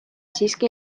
siiski